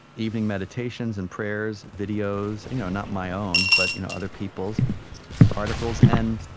evening meditations, and prayers, videos you know not my own, but you know other people's articles, and